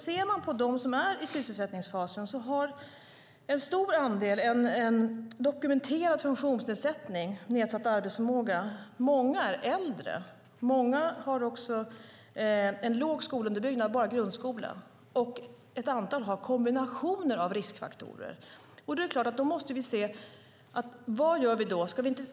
Ser vi på dem som är i sysselsättningsfasen kan vi konstatera att en stor andel av dem har en dokumenterad funktionsnedsättning, nedsatt arbetsförmåga. Många är äldre. Många har dålig skolunderbyggnad med endast grundskola. Ett antal har kombinationer av riskfaktorer. Då måste vi fråga oss vad vi ska göra.